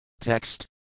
Text